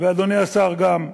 ואדוני השר גם,